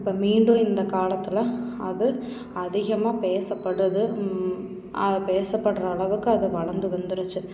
இப்போ மீண்டும் இந்த காலத்தில் அது அதிகமாக பேசப்படுறது பேசப்படுற அளவுக்கு அது வளர்ந்து வந்துருச்சு